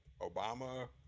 Obama